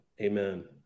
Amen